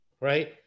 right